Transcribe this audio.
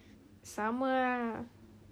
sama lah